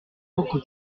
beaucoup